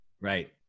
Right